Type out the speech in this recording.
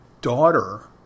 daughter